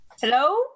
Hello